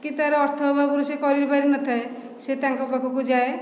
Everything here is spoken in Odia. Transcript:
କି ତାର ଅର୍ଥ ଅଭାବରୁ ସେ କରିପାରିନଥାଏ ସେ ତାଙ୍କ ପାଖକୁ ଯାଏ